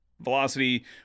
Velocity